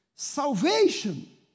Salvation